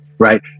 Right